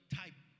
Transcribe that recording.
type